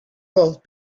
both